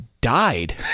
died